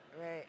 right